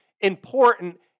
important